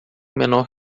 menor